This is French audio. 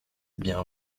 bien